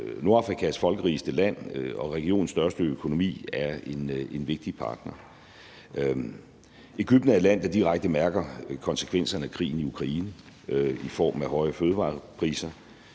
Nordafrikas folkerigeste land og regionens største økonomi er en vigtig partner. Egypten er et land, der direkte mærker konsekvenserne af krigen i Ukraine i form af høje fødevarepriser.